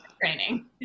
training